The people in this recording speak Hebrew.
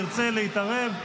אם ירצה להתערב,